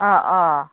अ अ